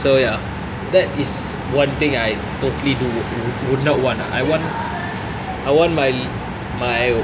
so ya that is one thing I totally do would not want ah I want I want my my